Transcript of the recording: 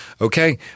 okay